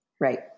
Right